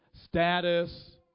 status